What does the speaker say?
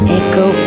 echo